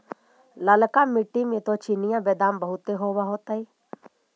ललका मिट्टी मे तो चिनिआबेदमां बहुते होब होतय?